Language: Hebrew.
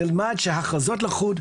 נלמד שהכרזות לחוד,